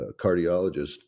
cardiologist